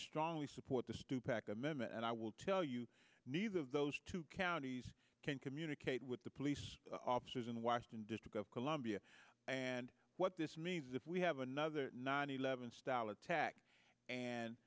strongly support the stu pac amendment and i will tell you neither of those two counties can communicate with the police officers in the washington district of columbia and what this means is if we have another nine eleven style attack and